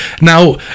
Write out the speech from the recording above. Now